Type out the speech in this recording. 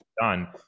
done